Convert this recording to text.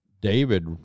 David